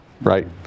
Right